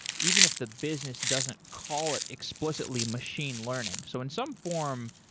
even if the business doesn't call it explicitly machine learning. so in some form,